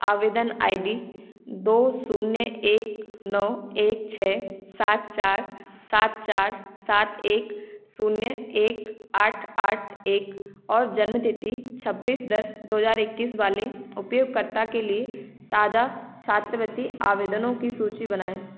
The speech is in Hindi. आवेदन आई डी दो शून्य एक नौ एक छः सात चार सात चार सात एक शून्य एक आठ आठ एक और जन्म तिथि छब्बीस दस दो हज़ार इक्कीस वाले उपयोगकर्ता के लिए ताज़ा छात्रवृत्ति आवेदनों की सूची बनाएँ